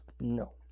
No